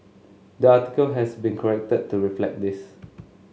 the article has been corrected to reflect this